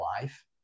life